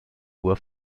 uhr